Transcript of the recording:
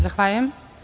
Zahvaljujem.